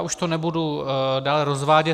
Už to nebudu dále rozvádět.